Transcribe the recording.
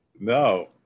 No